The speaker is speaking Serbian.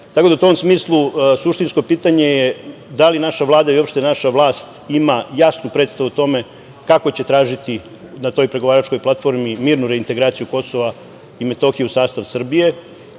tom smislu, suštinsko pitanje je da li naša Vlada i uopšte naša vlast ima jasnu predstavu o tome kako će tražiti na toj pregovaračkoj platformi mirnu reintegraciju Kosova i Metohije u sastav Srbije